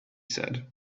said